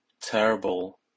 terrible